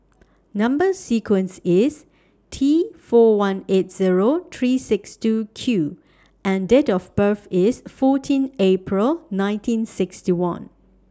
Number sequence IS T four one eight Zero three six two Q and Date of birth IS fourteen April nineteen sixty one